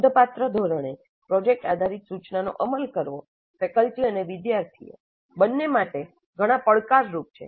નોંધપાત્ર ધોરણે પ્રોજેક્ટ આધારિત સૂચનાનો અમલ કરવો ફેકલ્ટી અને વિદ્યાર્થીઓ બંને માટે ઘણા પડકારરૂપ છે